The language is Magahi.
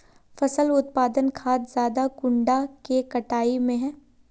फसल उत्पादन खाद ज्यादा कुंडा के कटाई में है?